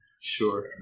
Sure